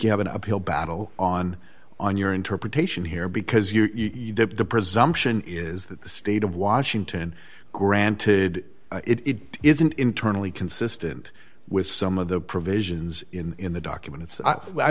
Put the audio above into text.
you have an uphill battle on on your interpretation here because you're the presumption is that the state of washington granted it isn't internally consistent with some of the provisions in the in the documents i